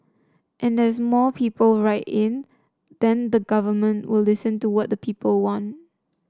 and as more people write in then the government will listen to what people want